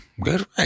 Good